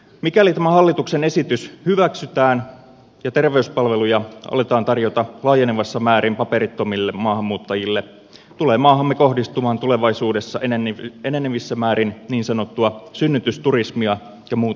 mikäli tämä hallituksen esitys hyväksytään ja terveyspalveluja aletaan tarjota laajenevassa määrin paperittomille maahanmuuttajille tulee maahamme kohdistumaan tulevaisuudessa enenevissä määrin niin sanottua synnytysturismia ja muuta terveysmatkailua